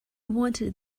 wanted